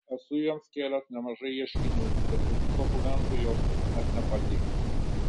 esu joms kėlęs nemažai ieškinių bet visų dokumentų jos niekuomet nepateikia